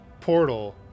portal